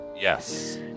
Yes